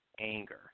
anger